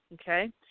okay